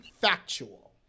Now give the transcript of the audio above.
factual